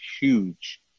huge